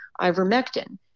ivermectin